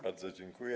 Bardzo dziękuję.